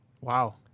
wow